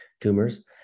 tumors